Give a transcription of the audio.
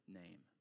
name